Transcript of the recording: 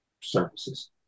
services